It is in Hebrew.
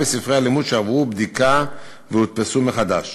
נשלחים הספרים להדפסה מחדש